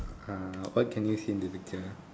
uh what can you see in the picture